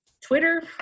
Twitter